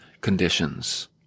conditions